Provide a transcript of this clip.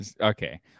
okay